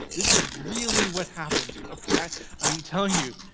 this is really what happened, i'm telling you.